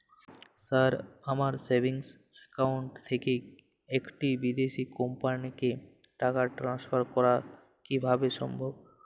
Sir আমার savings account থেকে একটি বিদেশি কোম্পানিকে টাকা ট্রান্সফার করা কীভাবে সম্ভব?